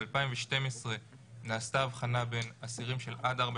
ב-2012 נעשתה הבחנה בין אסירים של עד ארבע